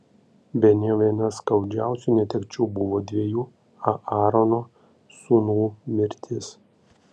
bene viena skaudžiausių netekčių buvo dviejų aarono sūnų mirtis